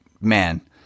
man